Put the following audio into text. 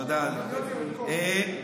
תודה, אדוני.